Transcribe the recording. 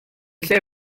lle